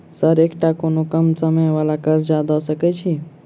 Sir एकटा कोनो कम समय वला कर्जा दऽ सकै छी?